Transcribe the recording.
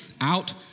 out